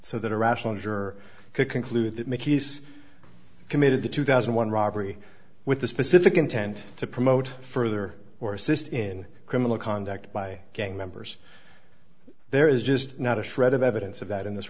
so that a rational juror could conclude that mickey's committed the two thousand one robbery with the specific intent to promote further or assist in criminal conduct by gang members there is just not a shred of evidence of that in this